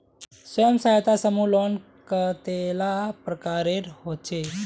स्वयं सहायता समूह लोन कतेला प्रकारेर होचे?